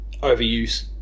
overuse